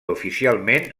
oficialment